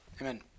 Amen